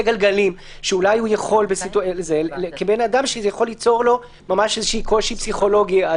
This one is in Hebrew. גלגלים כדין אדם שזה יכול ליצור לו קושי פסיכולוגי.